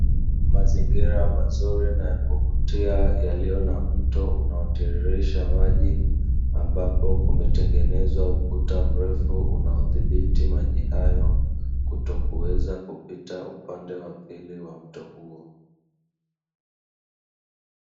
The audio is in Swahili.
Mazingira mazuri na ya kuvutia yaliyo na mto unao tiririsha maji, ambapo kumetengenezwa ukuta mrefu unaodhibiti maji ayo kutokuweza kupita upande wa pili wa mto huo.